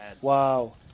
Wow